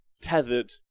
tethered